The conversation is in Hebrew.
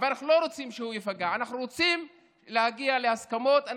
ואנחנו לא רוצים שהוא ייפגע.